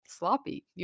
sloppy